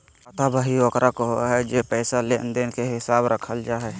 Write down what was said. खाता बही ओकरा कहो हइ जेसे पैसा के लेन देन के हिसाब रखल जा हइ